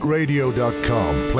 Radio.com